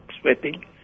sweating